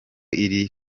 iri